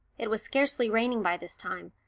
it was scarcely raining by this time,